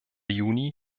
juni